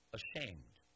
ashamed